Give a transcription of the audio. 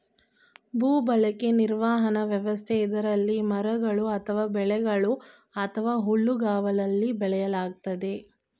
ಭೂಬಳಕೆ ನಿರ್ವಹಣಾ ವ್ಯವಸ್ಥೆ ಇದ್ರಲ್ಲಿ ಮರಗಳು ಅಥವಾ ಬೆಳೆಗಳು ಅಥವಾ ಹುಲ್ಲುಗಾವಲಲ್ಲಿ ಬೆಳೆಯಲಾಗ್ತದೆ